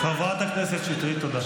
חברת הכנסת שטרית, תודה.